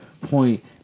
point